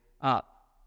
up